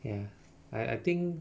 ya I I think